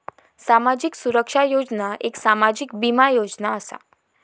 सामाजिक सुरक्षा योजना एक सामाजिक बीमा योजना असा